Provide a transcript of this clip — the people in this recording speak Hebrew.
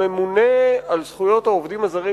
הממונה על זכויות העובדים הזרים,